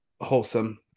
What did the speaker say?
wholesome